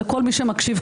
לכל מי שמקשיב,